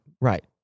Right